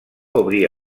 obrir